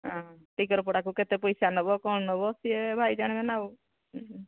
ହଁ ଟିକରପଡ଼ାକୁ କେତେ ପଇସା ନେବ କ'ଣ ନେବ ସିଏ ଭାଇ ଜାଣବେ ନାଉ